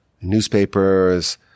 newspapers